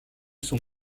sont